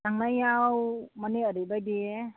थांनायाव माने ओरैबायदि